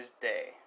day